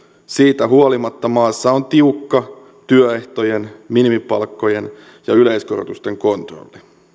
siitä huolimatta maassa on tiukka työehtojen minimipalkkojen ja yleiskorotusten kontrolli